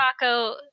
taco